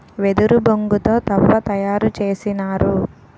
వెదురు బొంగు తో తవ్వ తయారు చేసినారు